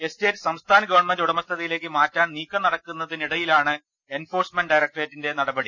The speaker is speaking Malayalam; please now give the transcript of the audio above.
എസ്റ്റേറ്റ് സംസ്ഥാന ഗവൺമെന്റ് ഉടമസ്ഥതയിലേക്ക് മാറ്റാൻ നീക്കം നടക്കുന്നതിന് ഇടയിലാണ് എൻഫോഴ്സ്മെന്റ് ഡയറക്ടറേറ്റിന്റെ നടപടി